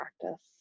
practice